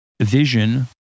vision